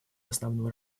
основную